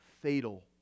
fatal